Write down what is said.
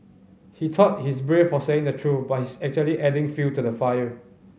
he thought he's brave for saying the truth but he's actually adding fuel to the fire